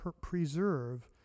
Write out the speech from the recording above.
preserve